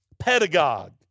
pedagogue